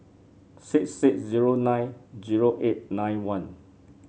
six six zero nine zero eight nine one